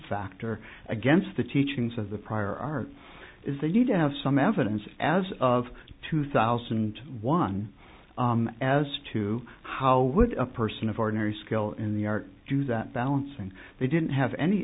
factor against the teachings of the prior art is they need to have some evidence as of two thousand and one as to how would a person of ordinary skill in the art do that balancing they didn't have any